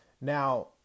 Now